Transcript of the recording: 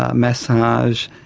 ah massage,